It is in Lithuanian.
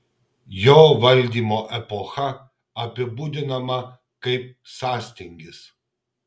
jo valdymo epocha apibūdinama kaip sąstingis